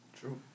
True